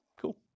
Cool